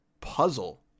puzzle